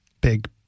Big